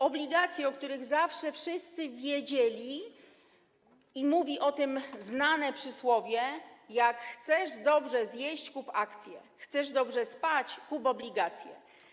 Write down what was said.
Obligacje, o których zawsze wszyscy wiedzieli, i mówi o tym znane przysłowie: jak chcesz dobrze zjeść, kup akcje, jak chcesz dobrze spać, kup obligacje.